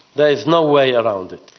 there is no way around it.